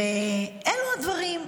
אלו הדברים.